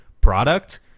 product